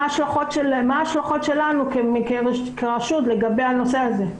מה ההשלכות שלנו כרשות לגבי הנושא הזה.